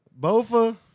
Bofa